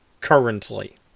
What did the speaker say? Currently